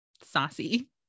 saucy